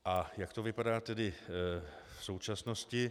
A jak to vypadá tedy v současnosti.